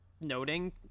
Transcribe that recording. noting